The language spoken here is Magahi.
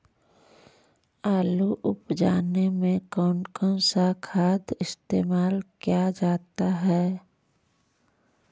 आलू उप जाने में कौन कौन सा खाद इस्तेमाल क्या जाता है?